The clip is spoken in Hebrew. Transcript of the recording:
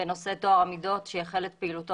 בנושא טוהר המידות שהחל את פעילותו